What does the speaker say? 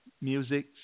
music